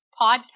podcast